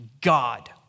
God